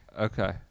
Okay